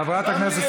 חברת הכנסת